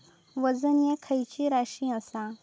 वजन ह्या खैची राशी असा?